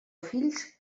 fills